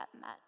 met